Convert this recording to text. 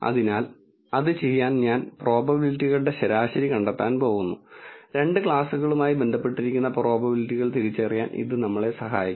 അതിനാൽ അത് ചെയ്യാൻ ഞാൻ പ്രോബബിലിറ്റികളുടെ ശരാശരി കണ്ടെത്താൻ പോകുന്നു രണ്ട് ക്ലാസുകളുമായി ബന്ധപ്പെട്ടിരിക്കുന്ന പ്രോബബിലിറ്റികൾ തിരിച്ചറിയാൻ ഇത് നമ്മളെ സഹായിക്കും